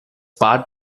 part